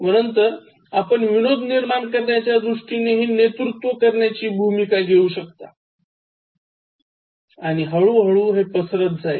व नंतर आपण विनोद निर्माण करण्याच्या दृष्टीनेही नेतृत्व करण्याची भूमिका घेऊ शकता आणि हळू हळू हे पसरत जाईल